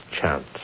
chance